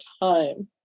time